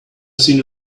seen